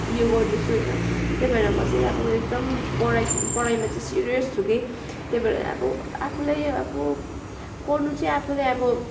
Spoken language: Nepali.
यो गर्दैछु होइन त्यही भएर म चाहिँ एकदम पढाइ पढाइमा चाहिँ सिरियस छु कि त्यही भएर अब आफूलाई अब पढ्नु चाहिँ आफूलाई अब